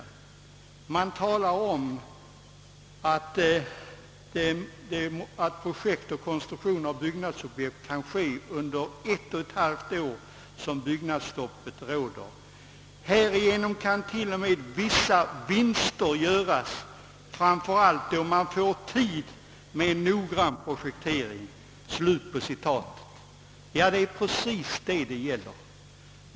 I skrivelsen talas om att projektering och konstruktion av byggnad kan ske under det ett och halvt år som byggnadsstoppet råder, och det heter vidare: »Härigenom kan t.o.m. vissa vinster göras, framför allt då man får tid med en noggrannare planering.» Det är precis detta som det här gäller.